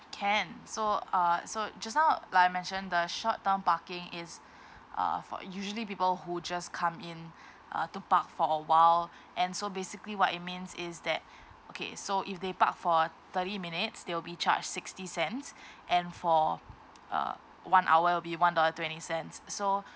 can so uh so just now like I mentioned the short term parking is uh for usually people who just come in uh to park for a while and so basically what it means is that okay so if they park for thirty minutes they'll be charged sixty cents and for uh one hour it'll be one dollar twenty cents so